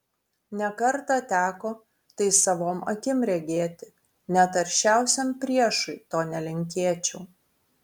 ne kartą teko tai savom akim regėti net aršiausiam priešui to nelinkėčiau